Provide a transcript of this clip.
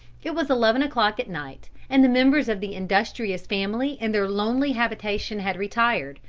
it was eleven o'clock at night, and the members of the industrious family in their lonely habitation had retired,